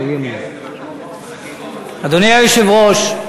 אדוני היושב-ראש,